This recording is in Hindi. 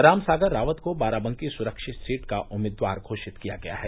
रामसागर रावत को बाराबंकी स्रक्षित सीट का उम्मीदवार घोषित किया गया है